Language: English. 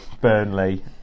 Burnley